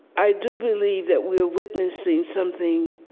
i do believe that we're witnessing something